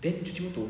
then cuci motor